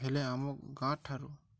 ହେଲେ ଆମ ଗାଁଠାରୁ